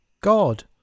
God